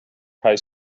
high